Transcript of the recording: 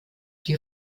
die